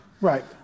Right